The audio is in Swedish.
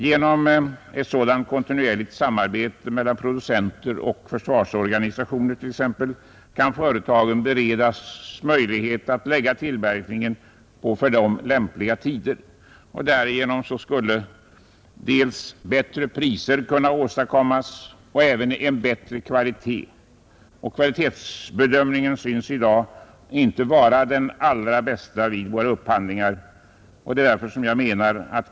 Genom ett sådant kontinuerligt samarbete mellan producenter och t.ex. försvarsorganisationerna kan företagen beredas möjlighet att lägga tillverkningen på för dem lämpliga tider. Därigenom skulle inte bara bättre priser kunna åstadkommas utan även en bättre kvalitet. Kvalitetsbedömningen synes i dag inte vara den allra bästa vid våra upphandlingar.